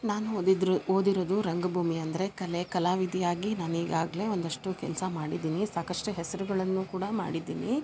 ನಾನು ಓದಿದ್ದರು ಓದಿರೋದು ರಂಗಭೂಮಿ ಅಂದರೆ ಕಲೆ ಕಲಾವಿದೆಯಾಗಿ ನಾನೀಗಾಗಲೇ ಒಂದಷ್ಟು ಕೆಲಸ ಮಾಡಿದ್ದೀನಿ ಸಾಕಷ್ಟು ಹೆಸರುಗಳನ್ನು ಕೂಡ ಮಾಡಿದ್ದೀನಿ